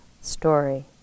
story